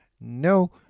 no